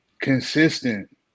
consistent